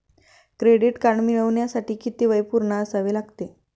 Credit card मिळवण्यासाठी किती वय पूर्ण असावे लागते?